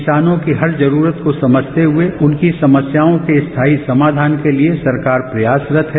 किसानों की हर जरूरत को समझते हुए उनकी समस्याओं के स्थायी समाधान के लिए सरकार प्रयासरत है